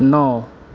नओ